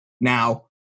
Now